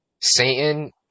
Satan